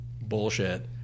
bullshit